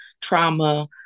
trauma